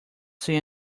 see